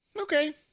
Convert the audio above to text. Okay